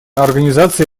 организации